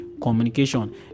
communication